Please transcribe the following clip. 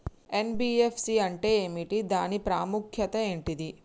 NBFC అంటే ఏమిటి దాని ప్రాముఖ్యత ఏంటిది?